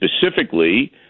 specifically